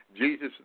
Jesus